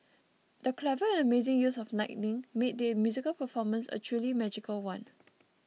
the clever and amazing use of lighting made the musical performance a truly magical one